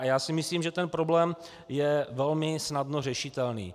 Já si myslím, že problém je velmi snadno řešitelný.